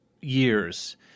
years